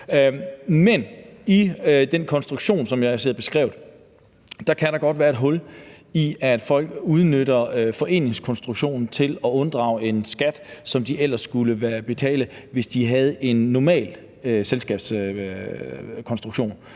Men i den konstruktion, som jeg ser beskrevet, kan der godt være et hul, i forhold til at folk udnytter foreningskonstruktionen til at unddrage en skat, som de ellers skulle betale, hvis de havde en normal selskabskonstruktion.